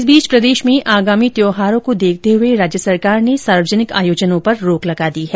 इस बीच प्रदेश में आगामी त्यौहारों को देखते हुए राज्य सरकार ने सार्वजनिक आयोजनों पर रोक लगा दी है